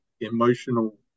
emotional